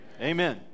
Amen